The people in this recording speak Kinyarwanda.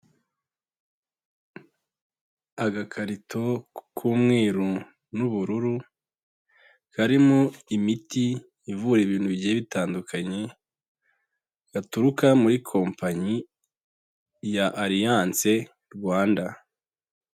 Agakarito k'umweru n'ubururu, karimo imiti ivura ibintu bigiye bye bitandukanye, gaturuka muri kompanyi ya Alliance Rwanda.